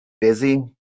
busy